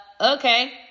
okay